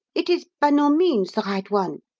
it is by no means the right one!